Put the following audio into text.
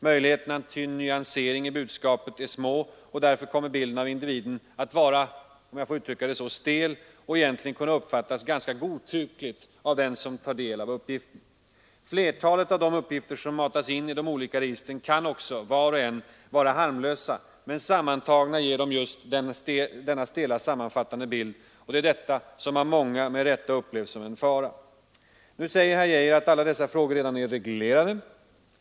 Möjligheterna till en nyansering i budskapet är små, och därför kommer bilden av individen att vara — låt mig uttrycka det så — stel och egentligen kunna uppfattas ganska godtyckligt av den som tar del av uppgifterna. Flertalet av de uppgifter som matats in i de olika registren kan också, var och en för sig, vara harmlösa — men sammantagna ger de just denna ”stela” sammanfattande bild, och det är detta som av många med rätta upplevs som en fara. Nu säger herr Geijer att alla dessa frågor redan är reglerade.